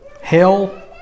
Hell